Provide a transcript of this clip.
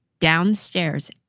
downstairs